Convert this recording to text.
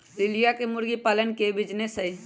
लिलिया के मुर्गी पालन के बिजीनेस हई